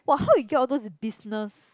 !wah! how you get those business